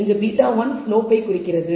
இங்கு β1 ஸ்லோப் பை குறிக்கிறது